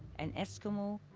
an eskimo.